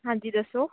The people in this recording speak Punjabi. ਹਾਂਜੀ ਦੱਸੋ